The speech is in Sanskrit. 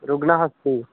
रुग्णः अस्ति